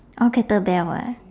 oh kettle bell ah